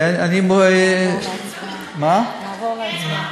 נעבור להצבעה.